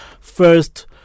first